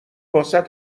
واست